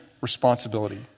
responsibility